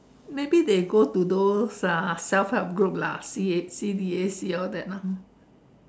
maybe they go to those uh self help group lah C_A~ C B_A_C all that lah